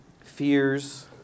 fears